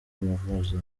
kumuvuza